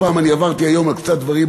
עברתי היום על קצת דברים,